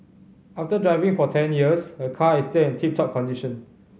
after driving for ten years her car is still in tip top condition